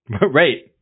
Right